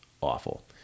awful